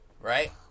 Right